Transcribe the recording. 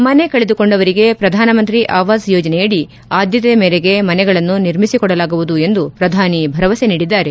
ಮನೆ ಕಳೆದುಕೊಂಡವರಿಗೆ ಪ್ರಧಾನಮಂತ್ರಿ ಆವಾಸ್ ಯೋಜನೆಯಡಿ ಆದ್ದತೆ ಮೇರೆಗೆ ಮನೆಗಳನ್ನು ನಿರ್ಮಿಸಿಕೊಡಲಾಗುವುದು ಎಂದು ಪ್ರಧಾನಿ ಭರವಸೆ ನೀಡಿದ್ದಾರೆ